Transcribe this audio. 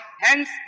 Hence